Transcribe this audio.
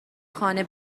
خانه